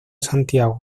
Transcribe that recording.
santiago